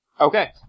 Okay